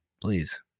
please